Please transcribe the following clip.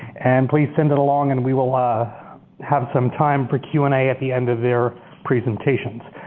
and please send it along, and we will ah have some time for q and a at the end of their presentations.